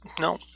no